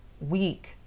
weak